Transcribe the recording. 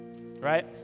right